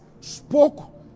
spoke